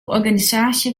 organisaasje